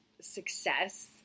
success